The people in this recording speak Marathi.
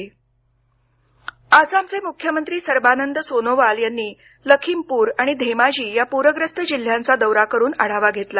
आसाम आसामचे मुख्यमंत्री सर्बानंद सोनोवाल यांनी लखीमपुर आणि धेमाजी या पूरग्रस्त जिल्ह्यांचा दौरा करून आढावा घेतला